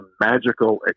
magical